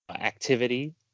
activity